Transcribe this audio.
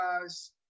guys